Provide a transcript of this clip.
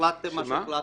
החלטתם אז החלטתם.